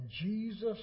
Jesus